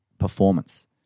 Performance